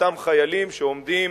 אותם חיילים שעומדים